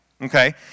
okay